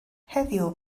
heddiw